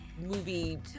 movie